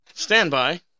Standby